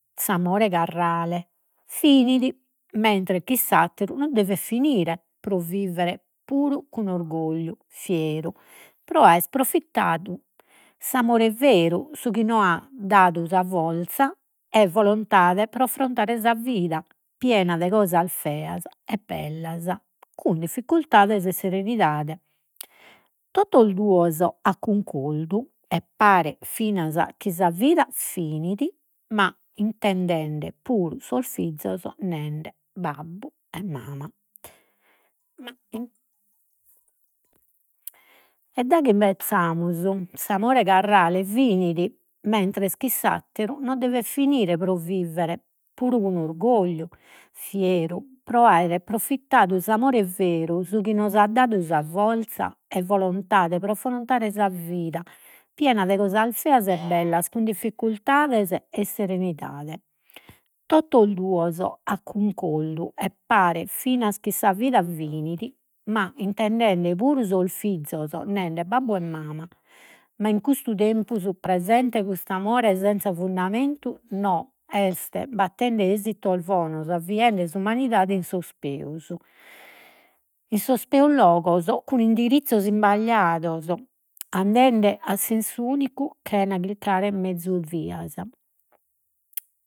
S'amore carrale finit, mentres chi s'atteru no devet finire, pro vivere, puru cun orgogliu pro aere profittadu s'amore veru su chi nos dadu forza e volontade pro affrontare sa vida, piena de cosas feas e bellas, con difficurtades e serenidade. Totos duos a cuncordu, 'e pare finas chi sa vida finit, ma puru sos fizos nende babbu e mama. Ma e daghi imbezzamus s'amore carrale, finit mentres chi s'atteru no devet finire, pro vivere puru cun orgogliu fieru pro aere profittadu s'amore veru, su chi nos at dadu sa forza, e volontade pro affrontare sa vida piena de cosas feas e bellas con difficultades e serenidade. Totos duos a cuncordu 'e pare finas chi sa vida finit ma intendende puru sos fizos, nende babbu e mama, ma in custu tempus presente custu amore senza fundamentu est battende esitos bonos, avviende s'umanidade in sos peus, in sos peus logos cun indirizzos imbagliados, andende a sensu unicu chena chircare mezus vias.